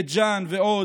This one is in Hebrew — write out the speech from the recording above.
בית ג'ן ועוד,